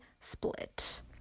split